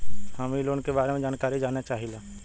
हम इ लोन के बारे मे जानकारी जाने चाहीला?